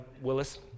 Willis